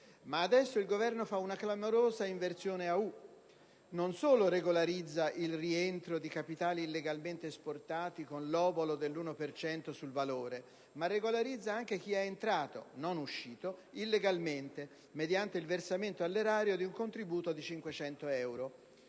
Ma adesso il Governo fa una clamorosa inversione a U: non solo regolarizza il rientro di capitali illegalmente esportati con l'obolo dell'1 per cento sul valore, ma regolarizza anche chi è entrato (non uscito) illegalmente, mediante il versamento all'erario di un contributo di 500 euro.